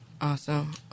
Awesome